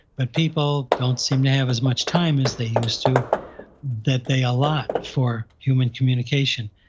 but people don't seem to have as much time as they used to that they allot for human communication.